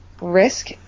risk